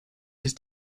ist